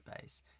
base